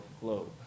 globe